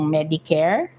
Medicare